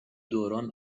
دوران